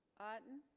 auden